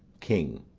king.